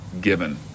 given